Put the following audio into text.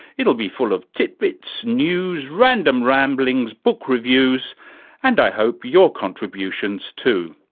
it'll be full of titbits, news, random ramblings, book reviews and i hope your contributions too.